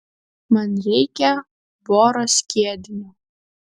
man reikia boro skiedinio